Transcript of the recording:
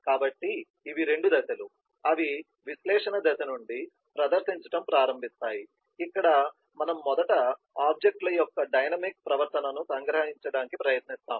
కాబట్టి ఇవి రెండు దశలు అవి విశ్లేషణ దశ నుండి ప్రదర్శించటం ప్రారంభిస్తాయి ఇక్కడ మనము మొదట ఆబ్జెక్ట్ ల యొక్క డైనమిక్ ప్రవర్తనను సంగ్రహించడానికి ప్రయత్నిస్తాము